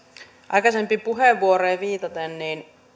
aikaisempiin puheenvuoroihin viitaten